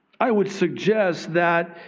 i would suggest that